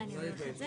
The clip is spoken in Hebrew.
אביר, תלמד.